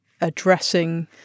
addressing